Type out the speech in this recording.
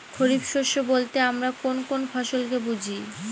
খরিফ শস্য বলতে আমরা কোন কোন ফসল কে বুঝি?